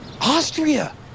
Austria